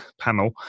panel